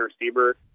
receiver